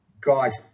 Guys